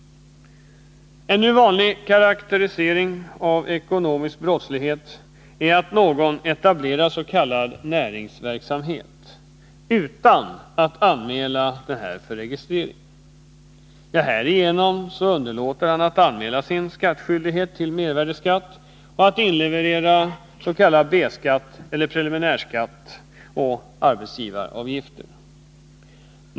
En nu vanlig karakterisering av ekonomisk brottslighet är att någon etablerar s.k. näringsverksamhet utan att anmäla denna för registrering. Härigenom underlåter han att anmäla sin skyldighet att betala mervärdeskatt och att inleverera s.k. B-skatt eller preliminärskatt och arbetsgivaravgifter.